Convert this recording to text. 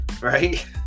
right